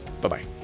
bye-bye